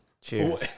Cheers